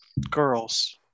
Girls